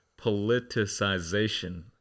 Politicization